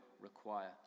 require